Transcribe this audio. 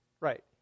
right